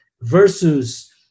versus